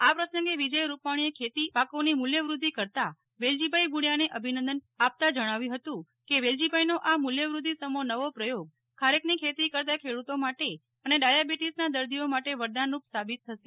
આ પ્રસંગે વિજય રૂપાણીએ ખેતીપાકોની મૂલ્યવૃદ્ધિ કરતા વેલજીભાઈ ભુડિયાને અભિનંદન આપતાં જણાવ્યું હતું કે વેલજીભાઈનો આ મૂલ્યવૃદ્વિ સમો નવો પ્રયોગ ખારેકની ખેતી કરતા ખેડૂતો માટે અને ડાયાબિટીસના દર્દીઓ માટે વરદાનરૂપ સાબિત થશે